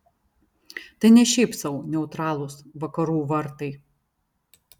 tai ne šiaip sau neutralūs vakarų vartai